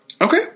Okay